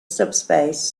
subspace